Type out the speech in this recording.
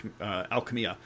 alchemy